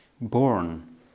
born